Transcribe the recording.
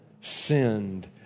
sinned